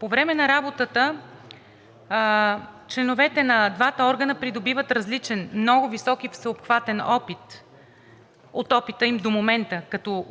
По време на работата членовете на двата органа придобиват различен, много по-висок и всеобхватен опит от опита им до момента, като